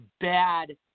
bad